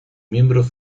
miembros